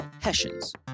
Hessians